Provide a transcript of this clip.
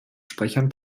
sprechern